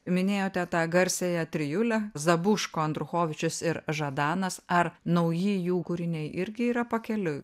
minėjote tą garsiąją trijulę zabuško andruchovičius ir žadanas ar nauji jų kūriniai irgi yra pakeliui